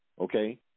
okay